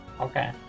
okay